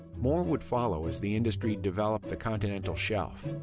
more would follow as the industry developed the continental shelf.